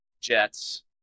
Jets